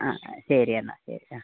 ആ ശരി എന്നാൽ ശരി